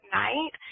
night